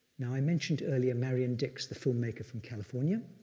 now i mentioned earlier marion dix, the filmmaker from california,